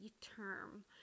term